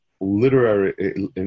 literary